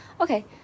okay